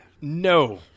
No